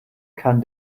kann